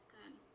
Good